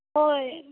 ᱦᱳᱭ